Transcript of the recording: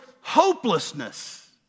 hopelessness